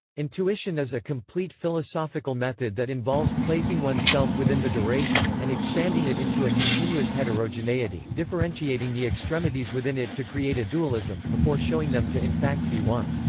intuition is a complete philosophical method that involves placing oneself within the duration, and expanding it into a continuous heterogeneity, differentiating the extremities within it to create a dualism, before showing them to in fact be one.